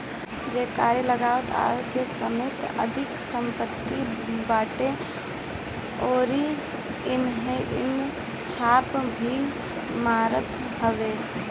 जेकरी लगे आय से अधिका सम्पत्ति बाटे ओकरी इहां इ छापा भी मारत हवे